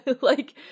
like-